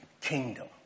kingdom